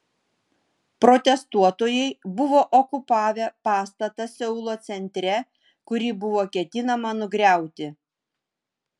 protestuotojai buvo okupavę pastatą seulo centre kurį buvo ketinama nugriauti